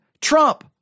trump